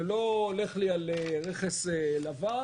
-- ולא הולך על רכס לבן,